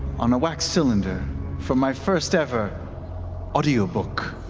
on a wax cylinder for my first ever audio book.